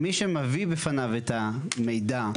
מי שמביא בפניו את המידע,